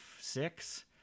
six